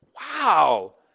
Wow